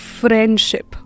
friendship